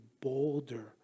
bolder